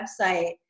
website